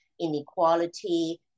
inequality